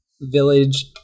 village